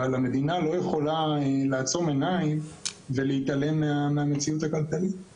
אבל המדינה לא יכולה לעצום עיניים ולהתעלם מהמציאות הכלכלית.